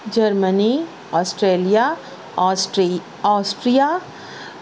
Germany Australia Austria